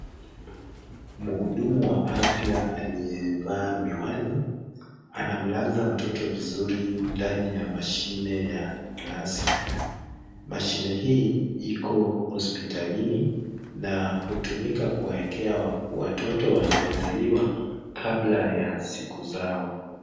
Mhudumu wa afya aliyevaa miwani, anamlaza mtoto vizuri ndani ya mashine ya glasi. Mashine hii iko hospitalini na hutumika kuwaekea watoto wanaozaliwa kabla ya siku zao.